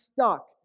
stuck